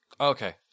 Okay